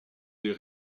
les